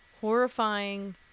horrifying